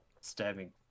stabbing